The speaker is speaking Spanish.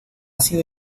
sido